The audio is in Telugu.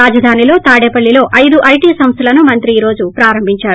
రాజధానిలోని తాడేపల్లిలో ఐదు ఐటీ సంస్థలను మంత్రి ఈ రోజు ప్రారంభించారు